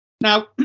Now